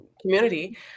community